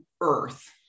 earth